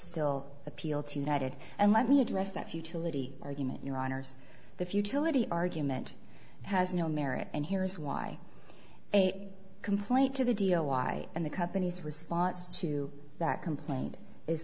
still appeal to united and let me address that futility argument your honour's the futility argument has no merit and here is why a complaint to the deal why and the company's response to that complaint is